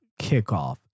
kickoff